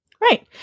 Right